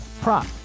prop